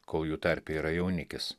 kol jų tarpe yra jaunikis